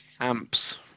amps